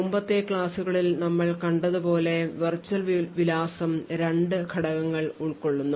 മുമ്പത്തെ ക്ലാസ്സുകളിൽ നമ്മൾ കണ്ടതുപോലെ വിർച്വൽ വിലാസം രണ്ട് ഘടകങ്ങൾ ഉൾക്കൊള്ളുന്നു